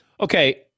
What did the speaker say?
Okay